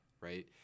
right